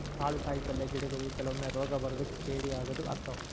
ಕಾಳು ಕಾಯಿಪಲ್ಲೆ ಗಿಡಗೊಳಿಗು ಕೆಲವೊಮ್ಮೆ ರೋಗಾ ಬರುದು ಕೇಡಿ ಆಗುದು ಅಕ್ಕಾವ